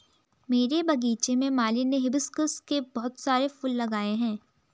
मेरे बगीचे में माली ने हिबिस्कुस के बहुत सारे फूल लगाए हैं